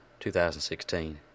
2016